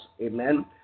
amen